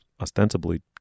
ostensibly